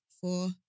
Four